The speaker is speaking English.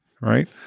right